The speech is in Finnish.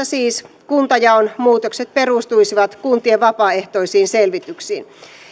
siis kuntajaon muutokset perustuisivat kuntien vapaaehtoisiin selvityksiin